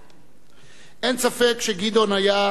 אין ספק שגדעון היה איש החבורה.